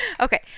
Okay